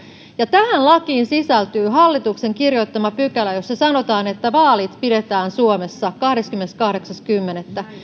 ja tähän lakiin sisältyy hallituksen kirjoittama pykälä jossa sanotaan että vaalit pidetään suomessa kahdeskymmeneskahdeksas kymmenettä